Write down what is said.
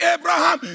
Abraham